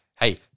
hey